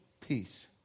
Peace